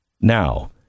Now